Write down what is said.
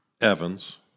Evans